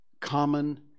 common